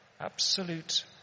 Absolute